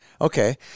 Okay